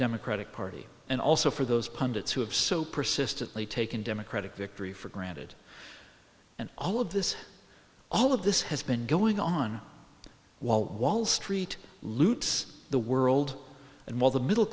democratic party and also for those pundits who have so persistently taken democratic victory for granted and all of this all of this has been going on while wall street lutes the world and while the middle